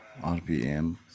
rpm